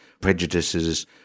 prejudices